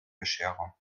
bescherung